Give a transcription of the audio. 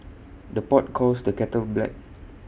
the pot calls the kettle black